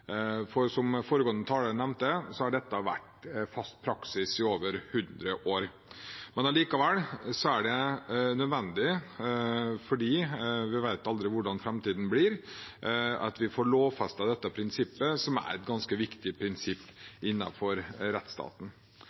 for som foregående taler nevnte, har dette vært fast praksis i over hundre år. Likevel er det nødvendig – for vi vet aldri hvordan framtiden blir – at vi får lovfestet dette prinsippet, som er et ganske viktig prinsipp innenfor rettsstaten.